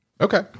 okay